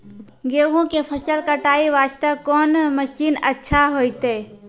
गेहूँ के फसल कटाई वास्ते कोंन मसीन अच्छा होइतै?